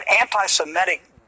anti-Semitic